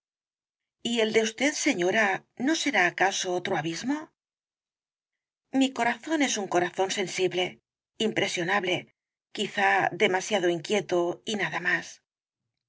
y el de usted señora no será acaso otro abismo mi corazón es un corazón sensible impresionable quizá demasiado inquieto y nada más